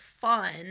fun